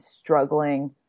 struggling